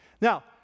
Now